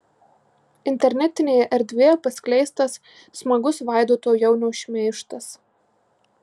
internetinėje erdvėje paskleistas smagus vaidoto jaunio šmeižtas